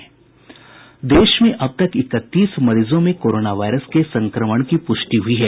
देश में अब तक इकतीस मरीजों में कोरोना वायरस के संक्रमण की प्रष्टि हुई है